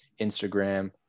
instagram